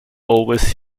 always